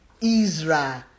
Israel